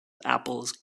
apples